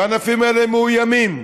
והענפים האלה מאוימים.